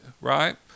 right